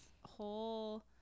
whole